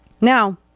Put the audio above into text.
Now